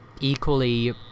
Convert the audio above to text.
equally